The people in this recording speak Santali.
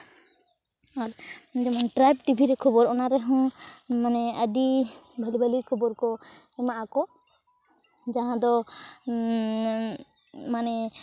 ᱟᱨ ᱡᱮᱢᱚᱱ ᱴᱨᱟᱭᱤᱵᱽ ᱴᱤᱵᱷᱤ ᱨᱮ ᱠᱷᱚᱵᱚᱨ ᱚᱱᱟ ᱨᱮᱦᱚᱸ ᱢᱟᱱᱮ ᱟᱹᱰᱤ ᱵᱷᱟᱞᱮ ᱵᱷᱟᱞᱮ ᱠᱷᱚᱵᱚᱨ ᱠᱚ ᱮᱢᱟᱜᱼᱟ ᱠᱚ ᱡᱟᱦᱟᱸ ᱫᱚ ᱢᱟᱱᱮ